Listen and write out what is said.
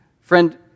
friend